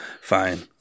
Fine